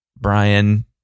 Brian